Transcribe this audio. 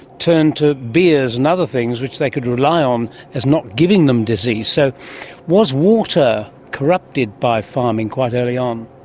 turned to beers and other things which they could rely on as not giving them disease. so was water corrupted by farming quite early on?